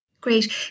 Great